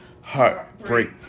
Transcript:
Heartbreak